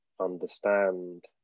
understand